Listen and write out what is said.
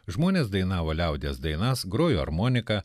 žmonės dainavo liaudies dainas grojo armonika